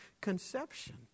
conception